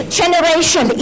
generation